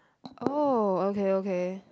oh okay okay